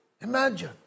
imagine